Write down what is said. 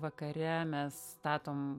vakare mes statom